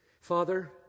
Father